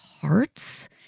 hearts